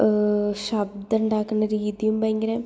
ശബ്ദമുണ്ടാക്കണ രീതിയും ഭയങ്കരം